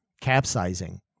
capsizing